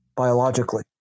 biologically